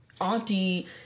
auntie